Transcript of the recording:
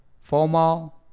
formal